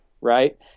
right